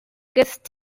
guest